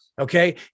Okay